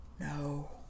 No